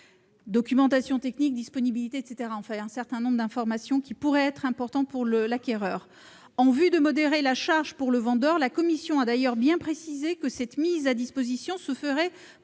documentation technique, disponibilité des pièces détachées, bref un certain nombre d'informations qui pourraient être importantes pour lui. En vue de modérer la charge pour le vendeur, la commission a bien précisé que cette mise à disposition se ferait